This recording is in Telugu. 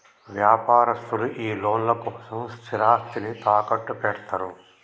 వ్యాపారస్తులు ఈ లోన్ల కోసం స్థిరాస్తిని తాకట్టుపెడ్తరు